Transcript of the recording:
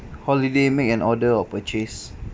holiday make an order or purchase